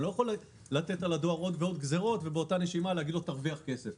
אני לא יכול להטיל על הדואר עוד ועוד גזרות וגם להגיד לו שירוויח כסף.